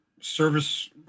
service –